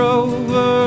over